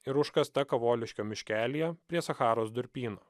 ir užkasta kavoliškio miškelyje prie sacharos durpyno